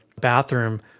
bathroom